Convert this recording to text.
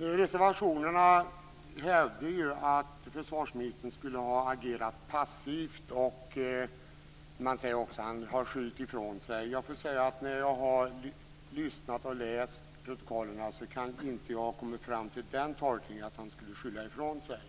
I reservationerna hävdas det att försvarsministern skulle ha agerat passivt, och man säger att han har skyllt ifrån sig. Efter att ha lyssnat och läst protokollen kan jag inte komma fram till den tolkningen, att han skulle skylla ifrån sig.